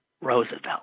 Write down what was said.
Roosevelt